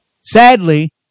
Sadly